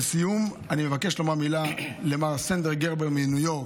לסיום אני מבקש לומר מילה למר סנדר גרבר מניו יורק,